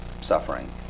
suffering